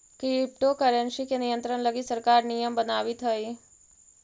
crypto currency के नियंत्रण लगी सरकार नियम बनावित हइ